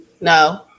no